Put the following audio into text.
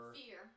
fear